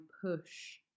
push